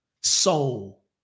soul